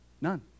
None